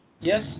Yes